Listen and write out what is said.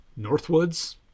Northwoods